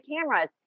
cameras